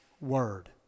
Word